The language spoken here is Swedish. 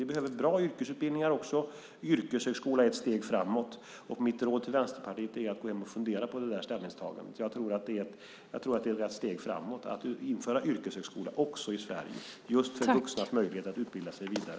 Vi behöver bra yrkesutbildningar också. En yrkeshögskola är ett steg framåt. Mitt råd till Vänsterpartiet är att gå hem och fundera på det ställningstagandet. Jag tror att det är ett steg framåt att införa en yrkeshögskola också i Sverige för vuxnas möjligheter att utbilda sig vidare.